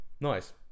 nice